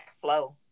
flow